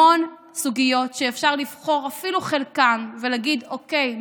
המון סוגיות שאפשר לבחור אפילו חלקן ולהגיד: אוקיי,